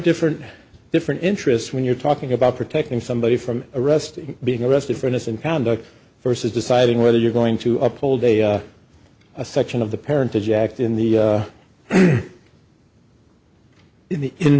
different different interests when you're talking about protecting somebody from arrest being arrested for innocent conduct versus deciding whether you're going to uphold a section of the parentage act in the in the in